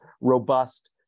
robust